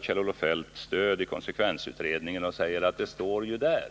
Kjell-Olof Feldt tar stöd av konsekvensutredningen och säger att han hämtat sina uppgifter där.